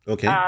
Okay